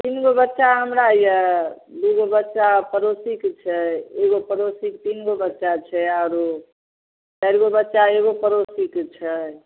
तीनगो बच्चा हमरा अइ दुइगो बच्चा पड़ोसीके छै एगो पड़ोसीके तीनगो बच्चा छै आओर चारिगो बच्चा एगो पड़ोसीके छै